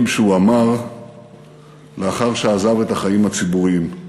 שהוא אמר לאחר שעזב את החיים הציבוריים.